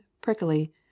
prickly